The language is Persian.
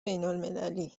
بینالمللی